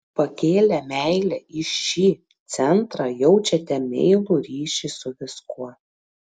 pakėlę meilę į šį centrą jaučiate meilų ryšį su viskuo